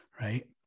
right